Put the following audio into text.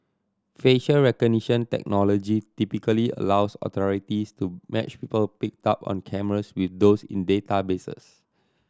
facial recognition technology typically allows authorities to match people picked up on cameras with those in databases